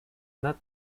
not